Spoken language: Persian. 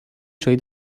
چایی